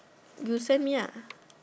you send me ah